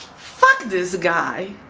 fuck this guy